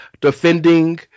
defending